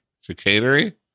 Chicanery